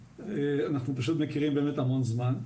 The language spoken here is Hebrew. אנחנו פשוט מכירים באמת המון זמן.